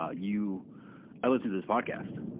ah you i listen to this podcast.